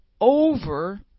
over